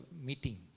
meeting